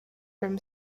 from